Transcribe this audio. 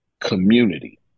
community